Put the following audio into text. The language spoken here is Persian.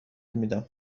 میدم